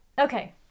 Okay